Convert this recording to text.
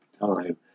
time